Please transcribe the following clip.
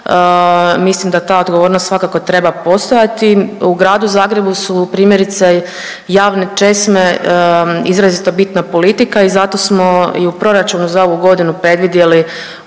Mislim da ta odgovornost svakako treba postojati. U gradu Zagrebu su primjerice javne česme izrazito bitna politika i zato smo i u proračunu za ovu godinu predvidjeli